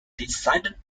decided